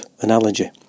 analogy